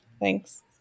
Thanks